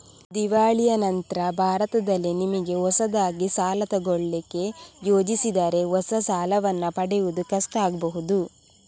ದಿವಾಳಿಯ ನಂತ್ರ ಭಾರತದಲ್ಲಿ ನಿಮಿಗೆ ಹೊಸದಾಗಿ ಸಾಲ ತಗೊಳ್ಳಿಕ್ಕೆ ಯೋಜಿಸಿದರೆ ಹೊಸ ಸಾಲವನ್ನ ಪಡೆಯುವುದು ಕಷ್ಟ ಆಗ್ಬಹುದು